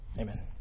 Amen